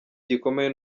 gikomeye